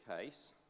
case